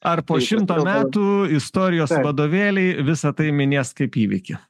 ar po šimto metų istorijos vadovėliai visa tai minės kaip įvykį